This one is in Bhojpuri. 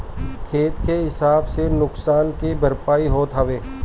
खेत के हिसाब से नुकसान के भरपाई होत हवे